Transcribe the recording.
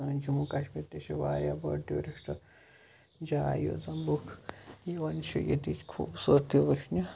سٲنۍ جموں کشمیٖر تہِ چھِ واریاہ بٔڑ ٹیوٗرِسٹ جاے یوٚت زَن لُکھ یِوان چھِ ییٚتِچ خوٗبصوٗرتی وٕچھنہِ